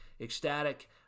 ecstatic